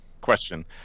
Question